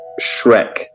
Shrek